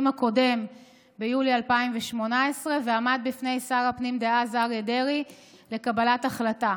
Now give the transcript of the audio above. הקודם ביולי 2018 ועמד בפני שר הפנים דאז אריה דרעי לקבלת החלטה.